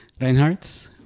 Reinhardt